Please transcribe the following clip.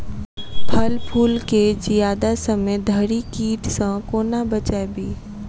फल फुल केँ जियादा समय धरि कीट सऽ कोना बचाबी?